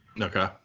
Okay